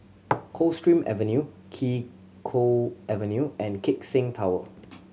Coldstream Avenue Kee Choe Avenue and Keck Seng Tower